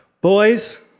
boys